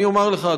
אני אומר לך,